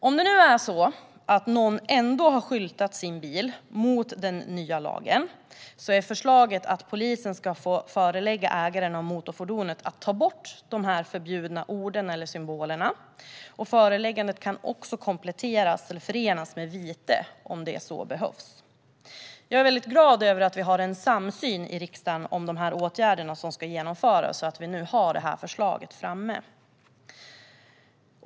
Om någon ändå har skyltat sin bil i strid med den nya lagen är förslaget att polisen ska få förelägga ägaren av motorfordonet att ta bort de förbjudna orden eller symbolerna. Föreläggandet kan också kompletteras eller förenas med vite om så behövs. Jag är väldigt glad över att vi har en samsyn i riksdagen om de åtgärder som ska genomföras och över att vi nu har detta förslag framme.